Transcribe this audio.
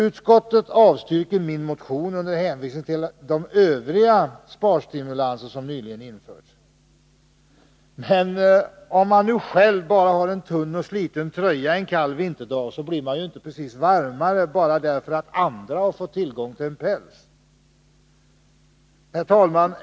Utskottet avstyrker min motion under hänvisning till de övriga sparstimulanser som nyligen införts. Men om man själv bara har en tunn och sliten tröja en kall vinterdag blir man knappast varmare av att andra fått tillgång till en värmande päls. Herr talman!